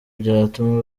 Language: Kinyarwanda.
byatuma